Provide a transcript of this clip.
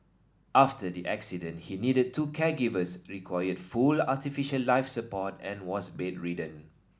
after the accident he needed two caregivers required full artificial life support and was bedridden